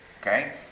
Okay